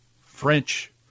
French